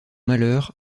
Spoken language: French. malheur